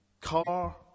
car